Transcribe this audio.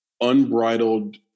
unbridled